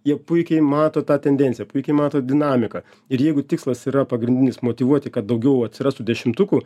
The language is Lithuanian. jie puikiai mato tą tendenciją puikiai mato dinamiką ir jeigu tikslas yra pagrindinis motyvuoti kad daugiau atsirastų dešimtukų